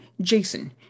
Jason